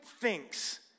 thinks